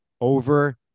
over